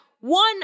one